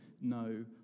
no